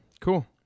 Cool